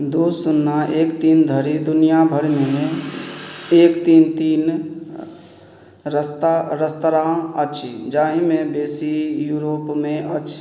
दुइ सुन्ना एक तीन धरि दुनिया भरिमे एक तीन तीन रस्ता रेस्तराँ अछि जाहिमे बेसी यूरोपमे अछि